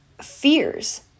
fears